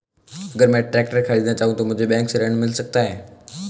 अगर मैं ट्रैक्टर खरीदना चाहूं तो मुझे बैंक से ऋण मिल सकता है?